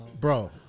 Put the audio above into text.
Bro